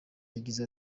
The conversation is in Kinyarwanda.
yagize